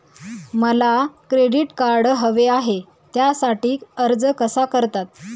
मला credit card हवे आहे त्यासाठी अर्ज कसा करतात?